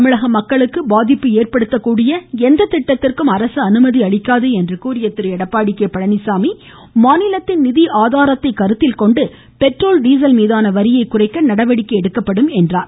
தமிழக மக்களுக்கு பாதிப்பு ஏற்படுத்தக்கூடிய எந்த திட்டத்திற்கும் அரசு அனுமதி அளிக்காது என்று கூறிய அவர் மாநிலத்தின் நிதி ஆதாரத்தை கருத்தில் கொண்டு பெட்ரோல் டீசல் மீதான வரியை குறைக்க நடவடிக்கை எடுக்கப்படும் என்றார்